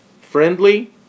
friendly